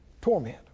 Torment